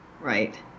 Right